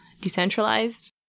decentralized